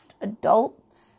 adults